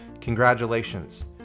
congratulations